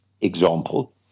example